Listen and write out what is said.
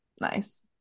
Nice